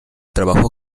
trabajó